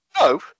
no